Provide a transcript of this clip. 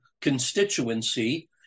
constituency